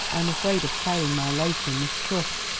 i am afraid of tearing my lace in this crush.